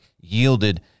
yielded